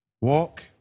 Walk